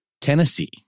Tennessee